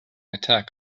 attack